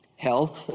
hell